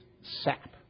sap